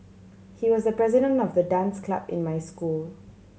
he was the president of the dance club in my school